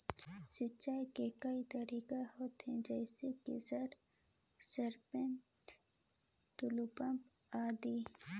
सिंचाई के कई तरीका होथे? जैसे कि सर सरपैट, टुलु पंप, आदि?